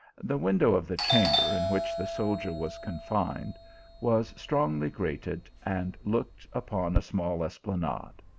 the window of the chamber in which the soldier was confined was strongly grated, and looked upon a small esplanade.